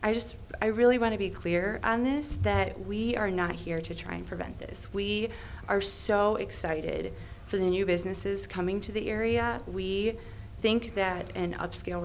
i just i really want to be clear on this that we are not here to try and prevent this we are so excited for the new businesses coming to the area we think that an upscale